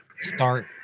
start